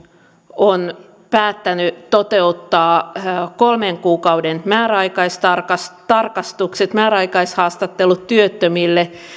on päättänyt toteuttaa kolmen kuukauden määräaikaistarkastukset määräaikaishaastattelut työttömille